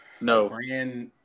No